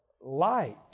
light